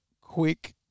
quick